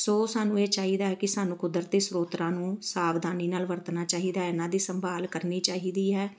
ਸੋ ਸਾਨੂੰ ਇਹ ਚਾਹੀਦਾ ਕਿ ਸਾਨੂੰ ਕੁਦਰਤੀ ਸਰੋਤਰਾਂ ਨੂੰ ਸਾਵਧਾਨੀ ਨਾਲ ਵਰਤਣਾ ਚਾਹੀਦਾ ਇਹਨਾਂ ਦੀ ਸੰਭਾਲ ਕਰਨੀ ਚਾਹੀਦੀ ਹੈ